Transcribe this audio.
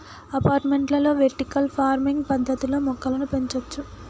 అపార్టుమెంట్లలో vertical farming పద్దతిలో మొక్కలను పెంచొచ్చు